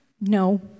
No